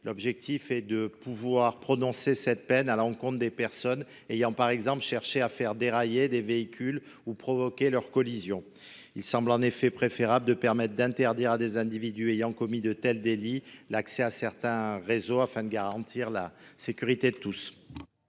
L’objectif est de prononcer cette peine à l’encontre des personnes ayant, par exemple, cherché à faire dérailler des véhicules ou à provoquer leur collision. Il semble en effet préférable d’interdire à des individus ayant commis de tels délits l’accès à certains réseaux, afin de garantir la sécurité de tous.